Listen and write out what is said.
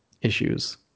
issues